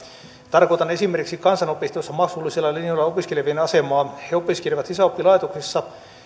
tarkoitan esimerkiksi kansanopistoissa maksullisilla linjoilla opiskelevien asemaa he opiskelevat sisäoppilaitoksissa